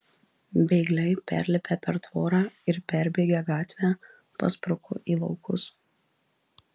bėgliai perlipę per tvorą ir perbėgę gatvę paspruko į laukus